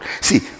See